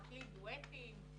מקליט דואטים,